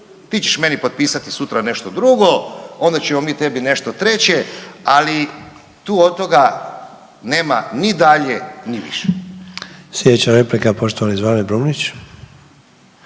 Ti ćeš meni potpisati sutra nešto druga, onda ćemo mi tebi nešto treće, ali tu od toga nema ni dalje ni više. **Sanader, Ante (HDZ)** Slijedeća replika poštovani Zvane Brumnić.